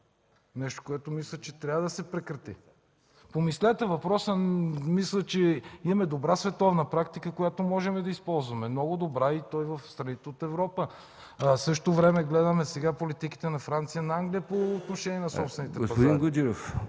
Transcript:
нещо, което мисля, че трябва да се прекрати. Помислете! Мисля, че имаме добра световна практика, която можем да използваме – много добра, и то в страните от Европа. В същото време гледаме сега политиките на Франция и на Англия по отношение на собствените пазари.